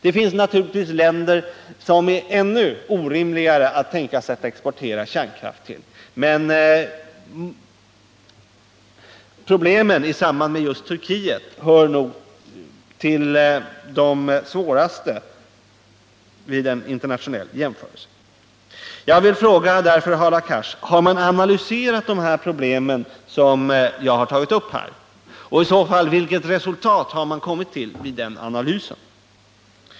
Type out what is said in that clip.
Det finns naturligtvis länder till vilka det är ännu orimligare att exportera kärnkraft, men problemen i samband med just Turkiet hör nog vid en internationell jämförelse till de svårare. Jag vill därför fråga Hadar Cars: Har man analyserat de problem som jag har tagit upp och, i så fall, vilket resultat har man kommit fram till vid analysen?